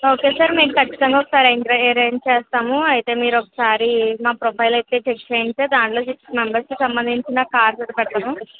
okay sir మేము ఖచ్చితంగా అయితే అరేంజ్ చేస్తాము అయితే మీరు ఒకసారి మా ప్రొఫైల్ అయితే చెక్ చేయండి దానిలో సిక్స్ మెంబర్స్కి సంబంధించిన కార్లు చూపెడతాను